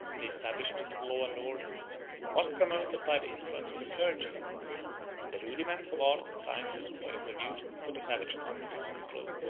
the establishment of law and order was promoted by the influence of the clergy and the rudiments of art and science were introduced into the savage countries of the globe.